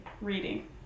Reading